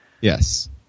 yes